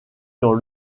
dans